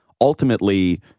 ultimately